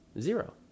Zero